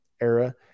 era